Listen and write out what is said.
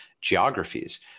geographies